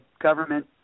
government